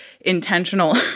intentional